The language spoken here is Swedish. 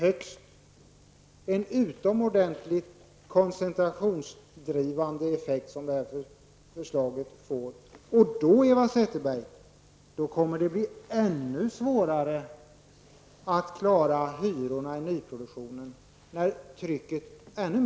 Det är en utomordentligt koncentrationsdrivande effekt som det förslaget får. Och då, Eva Zetterberg, när trycket ökar ännu mer, kommer det att bli ännu svårare att klara hyrorna i nyproduktionen.